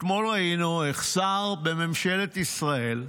אתמול ראינו איך שר בממשלת ישראל,